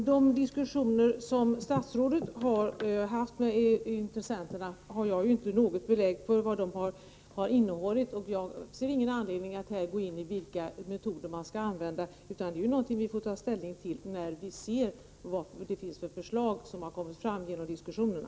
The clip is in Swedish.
Herr talman! Jag har ju inte något belägg för vad de diskussioner som statsrådet har haft med intressenterna har innehållit. Jag ser ingen anledning att här gå in på vilka metoder man skall använda. Det är något som vi får ta ställning till när vi ser vilka förslag som har kommit fram genom diskussionerna.